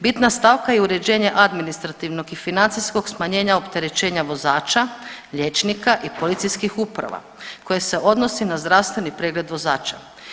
Bitna stavka je uređenje administrativnog i financijskog smanjenja opterećenja vozača, liječnika i policijskih uprava koje se odnosi na zdravstveni pregled vozača.